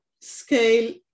scale